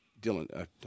Dylan